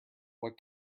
what